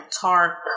tarp